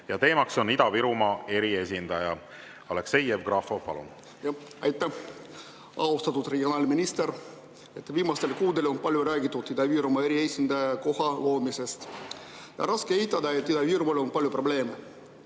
ja teema on Ida-Virumaa eriesindaja. Aleksei Jevgrafov, palun! Aitäh! Austatud regionaalminister! Viimastel kuudel on palju räägitud Ida-Virumaa eriesindaja koha loomisest. Raske on eitada, et Ida-Virumaal on palju probleeme.